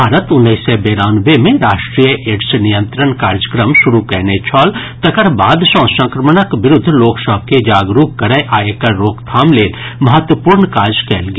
भारत उन्नैस सय बेरानवे मे राष्ट्रीय एड्स नियंत्रण कार्यक्रम शुरू कयने छल तकर बाद सँ संक्रमणक विरूद्व लोक सभ के जागरूक करय आ एकर रोकथाम लेल महत्वपूर्ण काज कयल गेल